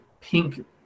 pink